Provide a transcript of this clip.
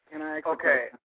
okay